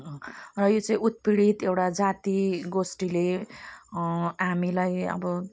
र यो चाहिँ उत्पीडित एउटा जाति गोष्ठीले हामीलाई अब